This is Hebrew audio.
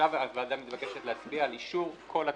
קודם כול אישרנו.